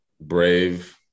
brave